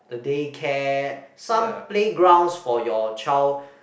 the day care some play grounds for your child